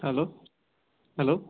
hello hello